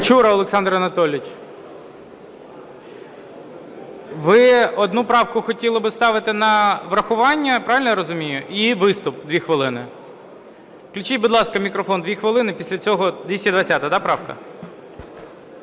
Ви одну правку хотіли би ставити на врахування. Правильно я розумію? І виступ – 2 хвилини. Включіть, будь ласка, мікрофон 2 хвилини. Після цього 220, да, правка?